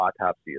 autopsy